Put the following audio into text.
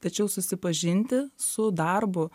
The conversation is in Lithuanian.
tačiau susipažinti su darbu